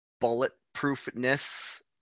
bulletproofness